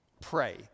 Pray